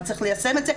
רק צריך ליישם את זה.